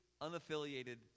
unaffiliated